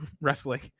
wrestling